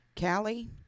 Callie